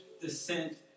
descent